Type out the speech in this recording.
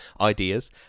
ideas